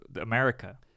America